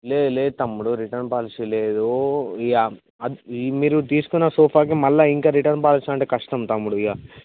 లేదు లేదు తమ్ముడు రిటర్న్ పాలసీ లేదు ఇక మీరు తీసుకున్న సోఫాకి మళ్ళీ ఇంక రిటర్న్ పాలసీ అంటే కష్టం తమ్ముడు ఇక